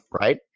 right